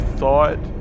thought